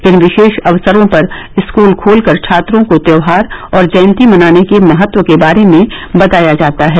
इन विशेष अवसरो पर स्कूल खोलकर छात्रों को त्योहार और जयंती मनाने के महत्व के बारे में बताया जाता है